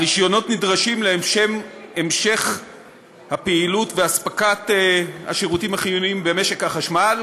הרישיונות נדרשים להמשך הפעילות ואספקת השירותים החיוניים במשק החשמל,